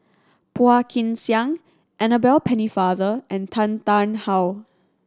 Phua Kin Siang Annabel Pennefather and Tan Tarn How